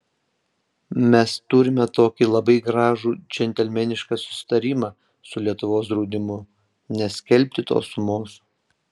mes turime tokį labai gražų džentelmenišką susitarimą su lietuvos draudimu neskelbti tos sumos